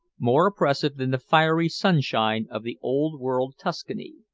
more oppressive than the fiery sunshine of the old-world tuscany,